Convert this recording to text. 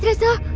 yeah sir,